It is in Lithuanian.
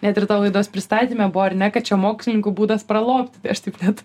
net ir tavo laidos pristatyme buvo ar ne kad čia mokslininkų būdas pralobti tai aš taip net